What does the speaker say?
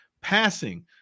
passing